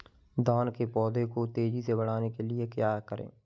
धान के पौधे को तेजी से बढ़ाने के लिए क्या करें?